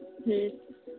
ᱦᱮᱸ